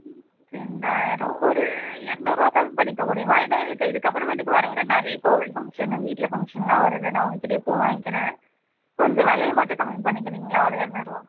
ரெண்டாயிரம் ஒரு இரநூறுவா கம்மி பண்ணிக்க முடியுமா ஏன்னா எனக்கு இதற்கு அப்புறமேட்டுக்கு வர வர நிறைய கோவில் ஃபங்க்ஷன்னு வீட்டில் ஃபங்க்ஷன் எல்லாம் வருது நான் உங்கள்கிட்டே பூ வாங்கிக்கிறேன் கொஞ்சம் விலைய மட்டும் கம்மி பண்ணிக்கிறீங்களா ஒரு இரநூறுவா